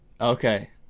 Okay